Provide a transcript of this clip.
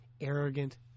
arrogant